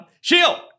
Shield